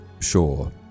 sure